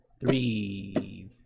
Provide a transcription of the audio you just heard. three